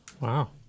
Wow